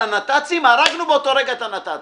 הנת"צים הרגנו באותו רגע את הנת"צים.